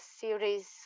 series